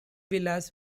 villas